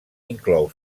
inclou